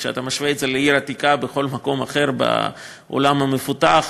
כשאתה משווה את זה לעיר עתיקה בכל מקום אחר בעולם המפותח,